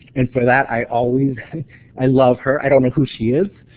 and for that i always i love her, i don't know who she is.